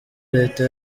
leta